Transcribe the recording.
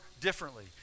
differently